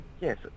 Yes